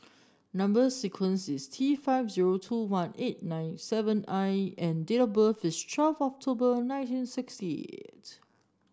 number sequence is T five zero two one eight nine seven I and date of birth is twelve October nineteen sixty eight